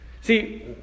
See